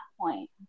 point